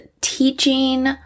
teaching